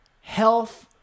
health